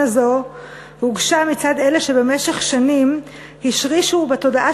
הזאת הוגשה מצד אלה שבמשך שנים השרישו בתודעה